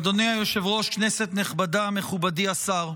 אדוני היושב-ראש, כנסת נכבדה, מכובדי השר,